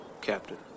captain